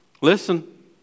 Listen